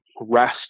rest